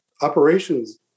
operations